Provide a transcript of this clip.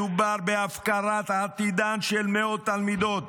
מדובר בהפקרת עתידן של מאות תלמידות,